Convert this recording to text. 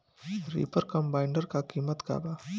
Reaper कम्बाइंडर का किमत बा?